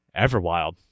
Everwild